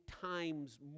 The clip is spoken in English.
times